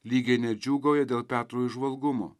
lygiai nedžiūgauja dėl petro įžvalgumo